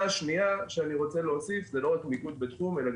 אם הוא רוצה לעשות אוכל,